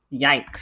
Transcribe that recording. Yikes